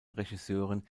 regisseuren